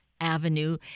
avenue